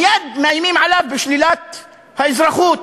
מייד מאיימים עליו בשלילת האזרחות,